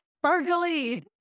sparkly